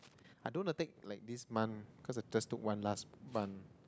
I don't wanna take like this month cause I just took one last month